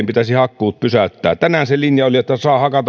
pitäisi hakkuut pysäyttää tänään se linja oli että saa hakata